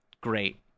great